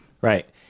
Right